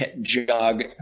jog